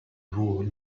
rural